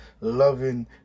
loving